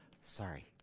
Sorry